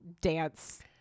dance